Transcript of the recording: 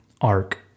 arc